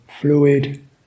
fluid